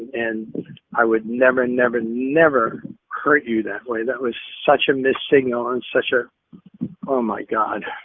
and i would never, never, never hurt you that way. that was such a missed signal and such a oh, my god